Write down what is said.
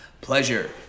pleasure